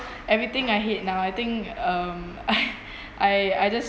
everything I hate now I think um I I just